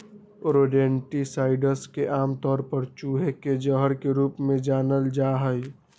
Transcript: rodenticides के आमतौर पर चूहे के जहर के रूप में जानल जा हई